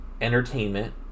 Entertainment